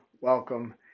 welcome